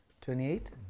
Twenty-eight